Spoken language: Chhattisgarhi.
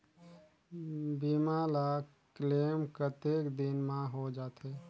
बीमा ला क्लेम कतेक दिन मां हों जाथे?